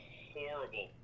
horrible